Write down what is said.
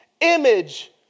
image